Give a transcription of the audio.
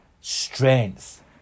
strength